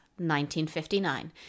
1959